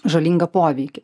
žalingą poveikį